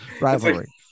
rivalry